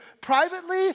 privately